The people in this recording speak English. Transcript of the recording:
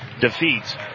defeats